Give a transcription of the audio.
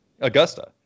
Augusta